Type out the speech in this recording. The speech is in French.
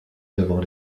devant